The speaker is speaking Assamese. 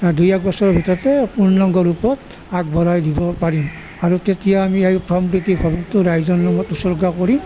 দুই এক বছৰৰ ভিতৰতে পূৰ্ণাঙ্গ ৰূপত আগবঢ়াই দিব পাৰিম আৰু তেতিয়া আমি এই সম্প্ৰীতি ভৱনটো ৰাইজৰ লগত উচৰ্গা কৰি